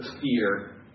fear